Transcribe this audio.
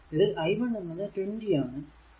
ഇതിൽ i1 എന്നത് 20 ആണ്